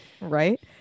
Right